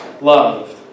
loved